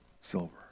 silver